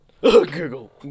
Google